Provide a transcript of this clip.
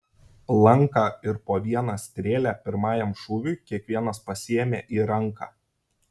lanką ir po vieną strėlę pirmajam šūviui kiekvienas pasiėmė į ranką